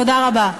תודה רבה.